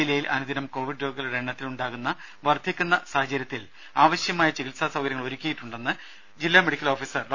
ജില്ലയിൽ അനുദിനം കോവിഡ് രോഗികളുടെ എണ്ണം വർധിക്കുന്ന സാഹചര്യത്തിൽ ആവശ്യമായ ചികിത്സാ സൌകര്യങ്ങൾ ഒരുക്കിയിട്ടുണ്ടെന്ന് ജില്ലാ മെഡിക്കൽ ഓഫീസർ ഡോ